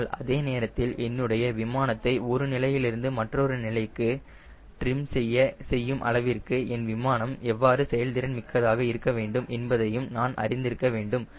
ஆனால் அதே நேரத்தில் என்னுடைய விமானத்தை ஒரு நிலையிலிருந்து மற்றொரு நிலைக்கு டிரிம் செய்யும் அளவிற்கு என் விமானம் எவ்வாறு செயல்திறன் மிக்கதாக இருக்க வேண்டும் என்பதையும் நான் அறிந்திருக்க வேண்டும்